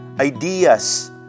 ideas